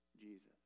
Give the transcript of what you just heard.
Jesus